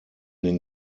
den